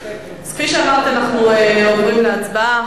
כפי שאמרתי, אנחנו עוברים להצבעה.